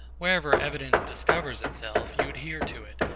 wherever evidence discovers itself, you adhere to it,